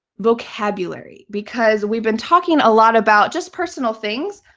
vocabulary, because we've been talking a lot about just personal things,